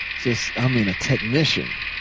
just i mean a technician.